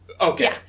Okay